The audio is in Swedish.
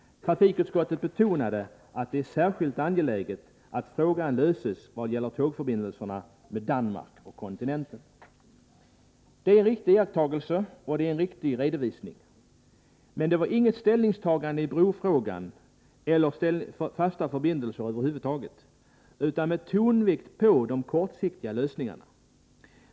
Trafikutskottet betonade att det är särskilt angeläget att frågan löses i vad gäller tågförbindelserna med 39 Danmark och kontinenten. Det är riktiga iakttagelser och en riktig redovisning. Men det är inget ställningstagande i brofrågan eller till fasta förbindelser över huvud taget, utan man lägger tonvikten på de kortsiktiga lösningarna.